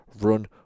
run